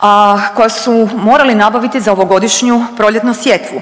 a koja su morali nabaviti za ovogodišnju proljetnu sjetvu.